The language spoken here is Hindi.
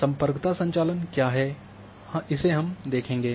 सम्पर्कता संचालन क्या हैं इसे हम देखेंगे